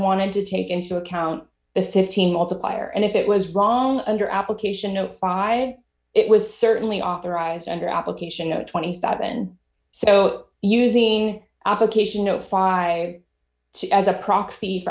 ted to take into account the fifteen all to fire and if it was long under application no five it was certainly authorized under application of twenty seven so using application notify as a proxy for